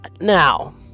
now